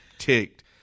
ticked